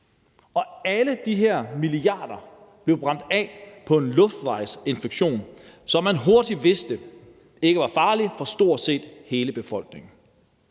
Og alle de her milliarder blev brændt af på en luftvejsinfektion, som man hurtigt vidste ikke var farlig for stort set hele befolkningen.